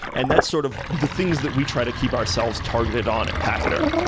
and that sort of the things that we try to keep ourselves targeted on at pachyderm,